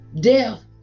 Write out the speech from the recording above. death